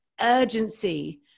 urgency